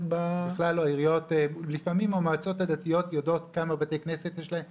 לפעמים המועצות הדתיות יודעות כמה בתי כנסת יש להם,